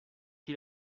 qui